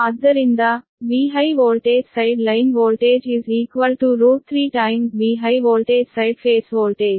ಆದ್ದರಿಂದ V high voltage side line voltage √3 times V high voltage side phase voltage